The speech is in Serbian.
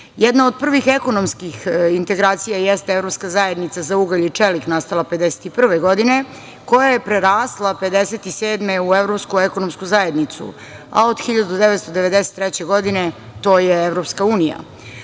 od prvih ekonomskih integracija jeste Evropska zajednica za ugalj i čelik nastala 1951. godine koja je prerasla 1957. godine u Evropsku ekonomsku zajednicu, a od 1990. godine to je EU.Multilateralne